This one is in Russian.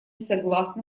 согласна